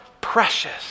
precious